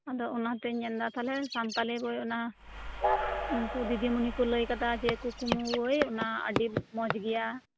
ᱟᱫᱚ ᱚᱱᱟᱛᱮᱧ ᱢᱮᱱᱫᱟ ᱛᱟᱦᱚᱞᱮ ᱥᱟᱱᱛᱟᱞᱤ ᱵᱳᱭ ᱚᱱᱟ ᱩᱝᱠᱩ ᱫᱤᱫᱤ ᱢᱩᱱᱤ ᱠᱚ ᱞᱟᱹᱭ ᱠᱟᱫᱟ ᱡᱮ ᱠᱩᱠᱢᱩ ᱵᱳᱭ ᱚᱱᱟ ᱟᱹᱰᱤ ᱢᱚᱸᱡᱽ ᱜᱮᱭᱟ